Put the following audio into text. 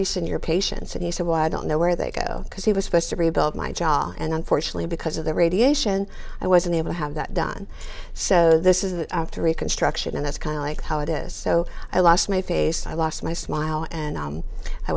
he send your patients and he said well i don't know where they go because he was supposed to rebuild my job and unfortunately because of the radiation i wasn't able to have that done so this is the reconstruction and that's kind of like how it is so i lost my face i lost my smile and